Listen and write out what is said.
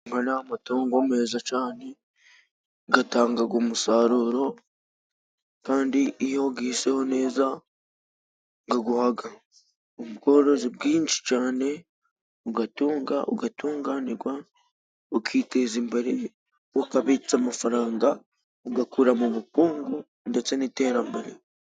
Ago ni amatungo meza cane, gatangaga umusaruro kandi iyo ugisheho neza gaguhaga ubworozi bwinshi cane, ugatunga ugatunganirwa, ukiteza imbere, ukabitsa amafaranga, ugakura mu bukungu ndetse n'iterambere.